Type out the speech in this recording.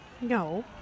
No